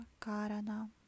Karana